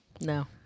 No